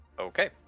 okay